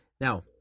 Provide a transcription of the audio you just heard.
Now